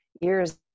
years